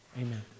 amen